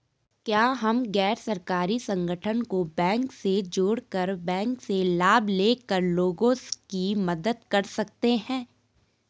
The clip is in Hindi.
क्या हम गैर सरकारी संगठन को बैंक से जोड़ कर बैंक से लाभ ले कर लोगों की मदद कर सकते हैं?